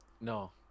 No